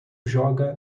joga